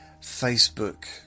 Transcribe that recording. Facebook